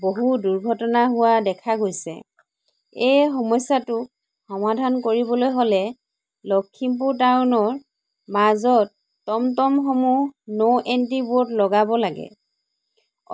বহু দুৰ্ঘটনা হোৱা দেখা গৈছে এই সমস্যাটো সমাধান কৰিবলৈ হ'লে লখিমপুৰ টাউনৰ মাজত টমটমসমূহ ন' এনট্ৰি ব'ৰ্ড লগাব লাগে